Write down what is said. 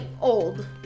old